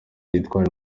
gitwari